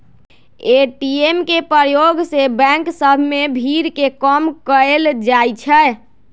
ATM के प्रयोग से बैंक सभ में भीड़ के कम कएल जाइ छै